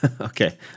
okay